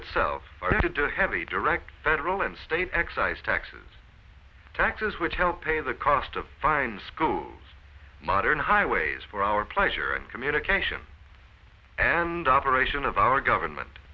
itself had to have a direct federal and state excise taxes taxes which help pay the cost of fines schools modern highways for our pleasure and communication and operation of our government